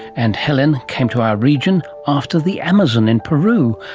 and helen came to our region after the amazon in peru,